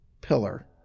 pillar